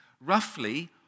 Roughly